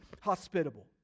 hospitable